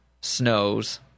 snows